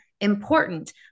important